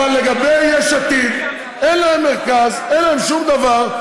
אבל לגבי יש עתיד, אין להם מרכז, אין להם שום דבר.